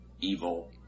evil